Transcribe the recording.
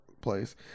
place